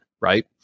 right